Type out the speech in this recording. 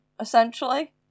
essentially